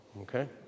okay